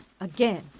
again